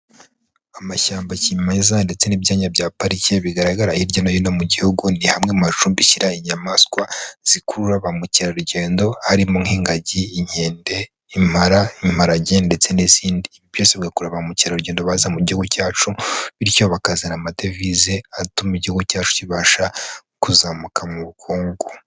Amashyamba kimeza ndetse n'ibyanya bya parike bigaragara hirya no hino mu Gihugu ni hamwe muhacumbikira inyamaswa zikurura ba mukerarugendo. Harimo nk'ingagi, inkende, impara, imparage, ndetse n'izindi. Byose bigakurura ba mukerarugendo baza mu Gihugu cyacu. Bityo bakazana amadevize atuma Igihugu cyacu kibasha kuzamuka mu bukungu.